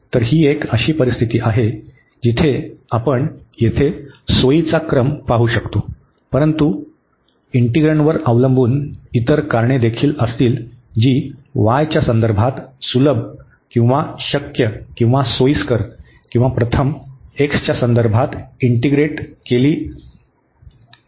तर ही एक अशी परिस्थिती आहे जिथे आपण येथे सोयीचा क्रम पाहू शकता परंतु इंटिग्रण्डवर अवलंबून इतर कारणे देखील असतील जी y च्या संदर्भात सुलभ किंवा शक्य किंवा सोयीस्कर किंवा प्रथम x च्या संदर्भात इंटीग्रेट केली जातात